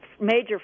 major